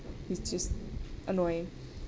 he's just annoying